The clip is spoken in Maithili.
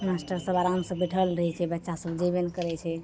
मास्टर सभ आरामसँ बैठल रहय छै बच्चा सभ जेबे नहि करय छै